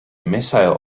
missile